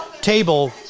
table